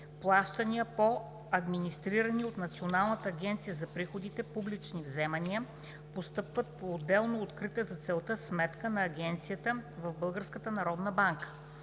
плащания по администрирани от Националната агенция за приходите публични вземания постъпват по отделно открита за целта сметка на агенцията в